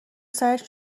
سرش